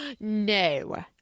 No